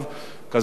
כזכור,